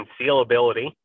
concealability